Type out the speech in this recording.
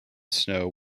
snow